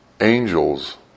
angels